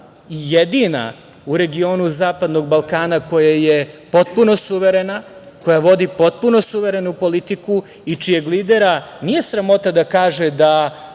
jedina u regionu zapadnog Balkana koja je potpuno suverena, koja vodi potpuno suverenu politiku i čijeg lidera nije sramota da kaže da